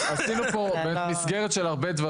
עשינו פה מסגרת של הרבה דברים.